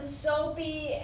soapy